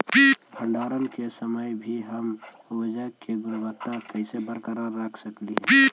भंडारण के समय भी हम उपज की गुणवत्ता कैसे बरकरार रख सकली हे?